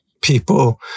people